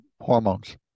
Hormones